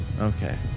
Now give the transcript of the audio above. Okay